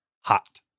Hot